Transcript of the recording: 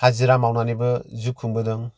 हाजिरा मावनानैबो जिउ खुंबोदों